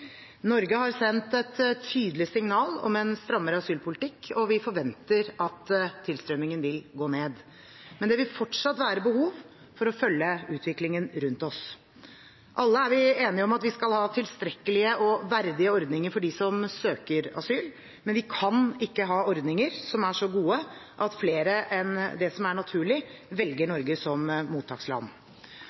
Norge har sendt et tydelig signal om en strammere asylpolitikk, og vi forventer at tilstrømningen vil gå ned. Men det vil fortsatt være behov for å følge utviklingen rundt oss. Alle er vi enige om at vi skal ha tilstrekkelige og verdige ordninger for dem som søker asyl, men vi kan ikke ha ordninger som er så gode at flere enn det som er naturlig, velger Norge som mottaksland.